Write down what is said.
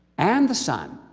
and the son,